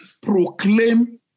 proclaim